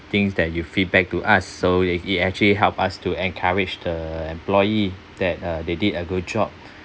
things that you feedback to us so it it actually help us to encourage the employee that uh they did a good job